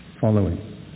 Following